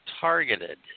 targeted